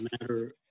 matter